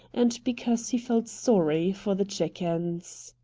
and because he felt sorry for the chickens.